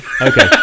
Okay